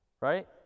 right